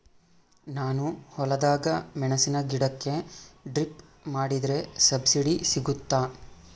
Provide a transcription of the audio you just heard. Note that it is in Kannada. ನಾನು ಹೊಲದಾಗ ಮೆಣಸಿನ ಗಿಡಕ್ಕೆ ಡ್ರಿಪ್ ಮಾಡಿದ್ರೆ ಸಬ್ಸಿಡಿ ಸಿಗುತ್ತಾ?